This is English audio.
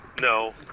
No